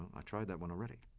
i tried that one already.